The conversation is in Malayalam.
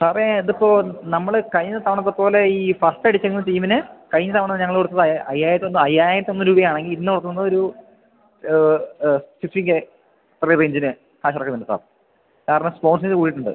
സാറേ ഇതിപ്പോൾ നമ്മൾ കഴിഞ്ഞ തവണത്തെപ്പോലെ ഈ ഫസ്റ്റ് അടിച്ചിരുക്കുന്ന ടീമിന് കഴിഞ്ഞ തവണ ഞങ്ങൾ കൊടുത്തത് അയ്യായിരത്തൊന്ന് അയ്യായിരത്തൊന്ന് രൂപയാണെങ്കിൽ ഇന്ന് കൊടുക്കുന്നതൊരു ഫിഫ്റ്റീൻ കെ അതേ റേഞ്ചിന് കാശിറക്കുന്നുണ്ട് കേട്ടോ കാരണം കൂടിയിട്ടുണ്ട്